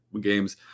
games